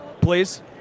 please